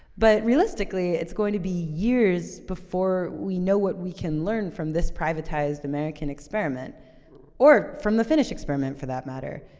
but, realistically, it's going to be years before we know what we can learn from this privatized american experiment or from the finnish experiment, for that matter.